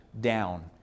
down